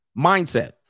Mindset